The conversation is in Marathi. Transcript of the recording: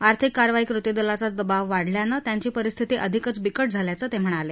आर्थिक कारवाई कृतीदलाचा दबाव वाढल्यानं त्यांची परिस्थिती अधिकच बिकट झाल्याचं ते म्हणाले